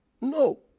No